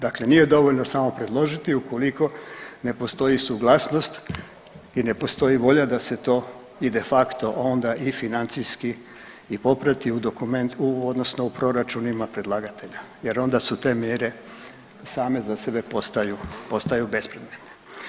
Dakle, nije dovoljno samo predložiti ukoliko ne postoji suglasnost i ne postoji volja da se to i de facto onda i financijski i poprati u dokumentu odnosno u proračunima predlagatelja jer onda su te mjere same za sebe postaju, postaju bespredmetne.